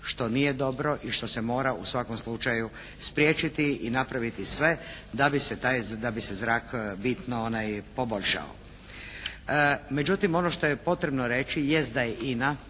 što nije dobro i što se mora u svakom slučaju spriječiti i napraviti sve da bi se zrak bitno poboljšao. Međutim, ono što je potrebno reći jest da je INA